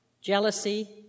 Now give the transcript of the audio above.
jealousy